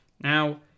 Now